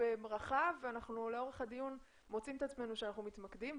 רחב ולאורך הדיון אנחנו מוצאים את עצמנו מתמקדים,